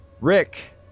Rick